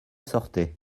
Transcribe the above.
sortait